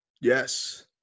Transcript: Yes